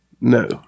No